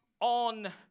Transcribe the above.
on